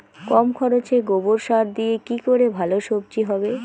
কম খরচে গোবর সার দিয়ে কি করে ভালো সবজি হবে?